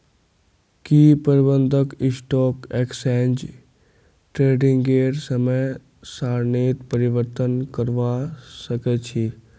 की प्रबंधक stock exchange ट्रेडिंगेर समय सारणीत परिवर्तन करवा सके छी